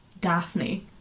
Daphne